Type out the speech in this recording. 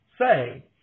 say